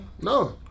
No